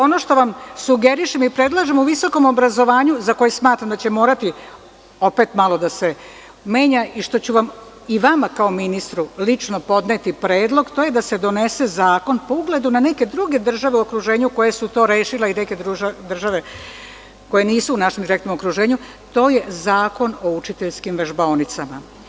Ono što vam sugerišemo i predlažemo visokom obrazovanju za koje smatram da će morati opet malo da se menja i što ću vam, i vama kao ministru lično podneti predlog, to je da se donese zakon po ugledu na neke druge države u okruženju koje su to rešile i neke države koje nisu u našem direktnom okruženju, to je Zakon o učiteljskim vežbaonicama.